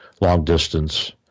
long-distance